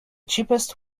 cheapest